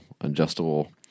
adjustable